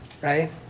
right